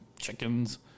chickens